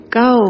go